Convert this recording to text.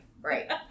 Right